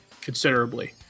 considerably